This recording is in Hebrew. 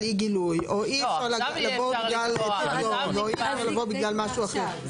אי גילוי או אי אפשר לבוא בגלל משהו אחר.